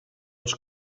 els